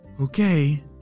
Okay